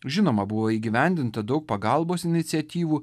žinoma buvo įgyvendinta daug pagalbos iniciatyvų